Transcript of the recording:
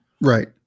Right